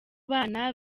bana